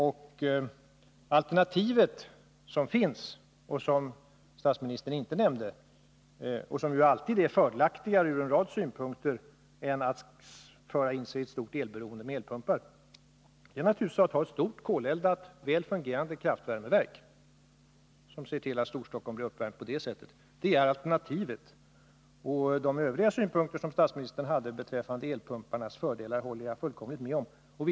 Det alternativ, som statsministern inte nämnde, som ur en rad synpunkter alltid är fördelaktigare än att försätta sig i ett stort elberoende med värmepumpar, är naturligtvis att ha ett stort koleldat, väl fungerande kraftvärmeverk, genom vilket Storstockholm blir uppvärmt. Det är alltså alternativet. De övriga synpunkter som statsministern hade beträffande värmepumparnas fördelar ansluter jag mig helt till.